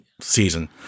season